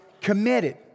committed